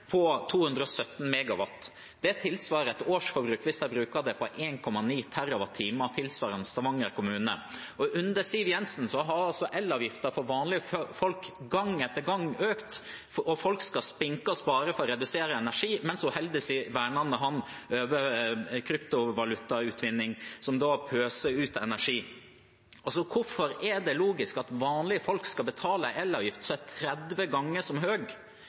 på 217 MW. Det tilsvarer et årsforbruk for Stavanger kommune, hvis de bruker 1,9 TWh. Under Siv Jensen har elavgiften for vanlige folk gang etter gang økt. Folk skal spinke og spare for å redusere energi, mens hun holder sin vernende hånd over kryptovalutautvinning, som pøser ut energi. Hvorfor er det logisk at vanlige folk skal betale en elavgift som er 30 ganger, høyere enn den de som